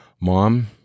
mom